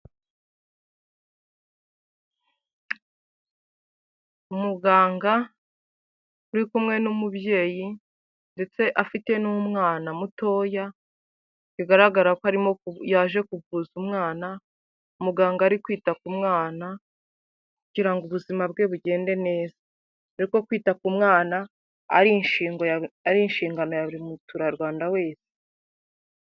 Umuganga uri kumwe n'umubyeyi ndetse afite n'umwana mutoya, bigaragara ko arimo yaje kuvuza umwana. Muganga ari kwita ku mwana kugira ngo ubuzima bwe bugende neza, doreko kwita ku mwana ari inshingo ari inshingano ya buri muturarwanda wese.